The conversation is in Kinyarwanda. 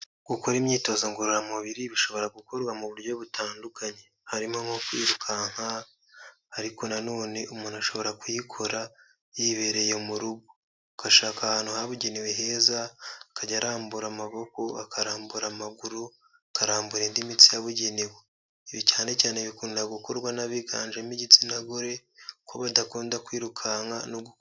Gukora imyitozo ngororamubiri bishobora gukorwa mu buryo butandukanye. Harimo nko kwirukanka, ariko na none umuntu ashobora kuyikora yibereye mu rugo. Ugashaka ahantu habugenewe heza, akajya arambura amaboko, akarambura amaguru, akarambura indi mitsi yabugenewe. Ibi cyane cyane bikunda gukorwa n'abiganjemo igitsina gore, kuko badakunda kwirukanka no gukora.